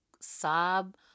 sob